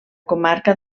comarca